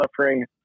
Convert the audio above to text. suffering